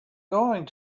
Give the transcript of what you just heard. going